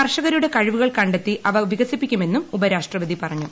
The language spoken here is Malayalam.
കർഷകരുടെ കഴിവുകൾ ക ത്തി അവ വികസിപ്പിക്കൂട്ടെന്നും ഉപരാഷ്ട്രപതി പറഞ്ഞു